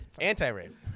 Anti-rape